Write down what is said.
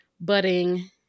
budding